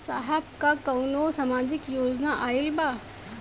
साहब का कौनो सामाजिक योजना आईल बा?